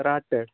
رات پیٚٹھ